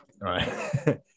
Right